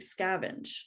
scavenge